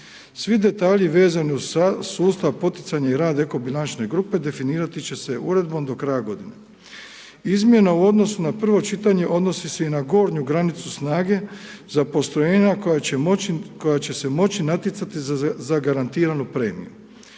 Svi detalji vezani uz sustav poticanja i rad eko bilančne grupe definirati će se uredbom do kraja godine. Izmjena u odnosu na prvo čitanje odnosi se i na gornju granicu snage za postrojenja koja će se moći natjecati za zagarantiranu premiju.